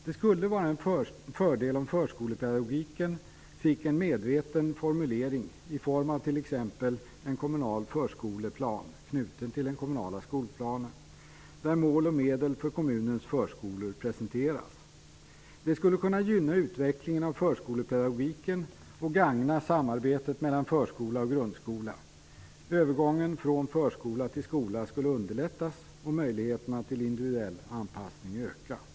Det skulle vara en fördel om förskolepedagogiken fick en medveten formulering i form av t.ex. en kommunal förskoleplan, knuten till den kommunala skolplanen, där mål och medel för kommunens förskolor presenterades. Det skulle kunna gynna utvecklingen av förskolepedagogiken och gagna samarbetet mellan förskola och grundskola. Övergången från förskola till skola skulle underlättas och möjligheterna till individuell anpassning skulle öka.